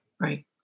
Right